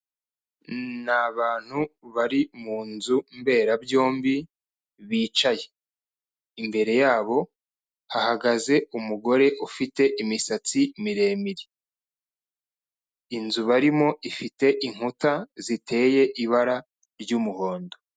Ni abantu bari mu nzu mberabyombi bicaye, imbere yabo hahagaze umugore ufite imisatsi miremire, inzu barimo ifite inkuta ziteye ibara ry'umuhondo.